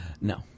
No